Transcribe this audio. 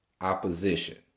opposition